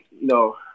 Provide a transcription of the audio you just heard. no